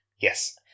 Yes